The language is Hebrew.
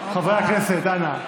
חברי הכנסת, אנא.